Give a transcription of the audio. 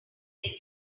very